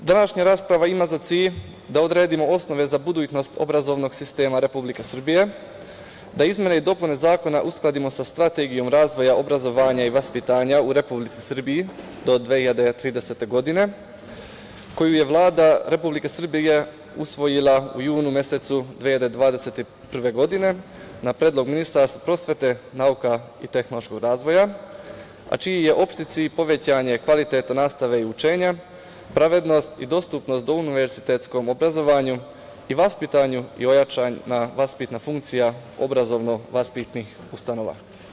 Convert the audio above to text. Današnja rasprava ima za cilj da odredimo osnove za budućnost obrazovnog sistema Republike Srbije, da izmene i dopune zakona uskladimo sa Strategijom razvoja obrazovanja i vaspitanja u Republici Srbiji do 2030. godine, koju je Vlada Republike Srbije usvojila u junu mesecu 2021. godine, na predlog ministra prosvete, nauke i tehnološkog razvoja, a čiji je opšti cilj povećanje kvaliteta nastave i učenja, pravednost i dostupnost univerzitetskog obrazovanja i vaspitanja i ojačana vaspitna funkcija obrazovno vaspitnih ustanova.